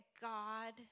God